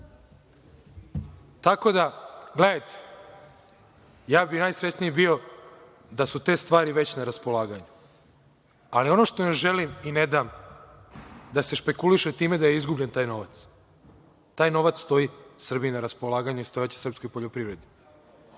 nedostaci. Gledajte, ja bih najsrećniji bio da su te stvari već na raspolaganju. Ono što ne želim i ne dam jeste da se špekuliše time da je izgubljen novac. Taj novac stoji Srbiji na raspolaganju i stajaće srpskoj poljoprivredi. Moj